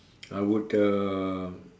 I would uh